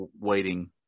waiting